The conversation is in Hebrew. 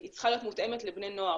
שהיא צריכה להיות מותאמת לבני נוער.